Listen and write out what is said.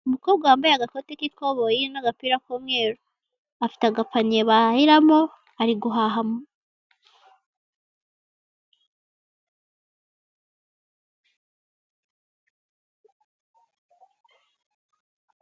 Umukobwa wambaye agakoti k'ikoboyi n'agapira k'umweru, afite agapaniye bahahiramo ari guhaha...